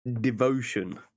Devotion